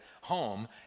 home